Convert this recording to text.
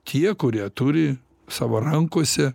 tie kurie turi savo rankose